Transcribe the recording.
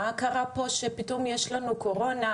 מה קרה פה שפתאום יש לנו קורונה,